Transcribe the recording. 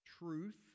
Truth